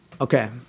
Okay